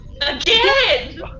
Again